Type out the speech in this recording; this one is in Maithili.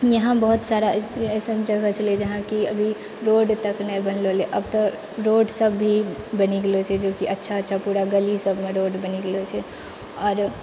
यहाँ बहुत सारा अइसन जगह छलै जहाँकि अभी रोड तक नहि बनलऽ रहै अब त रोड सब भी बनि गेलऽ छै जेकि अच्छा अच्छा पूरा गली सबमे रोड बनि गेलऽ छै आओर